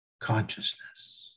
consciousness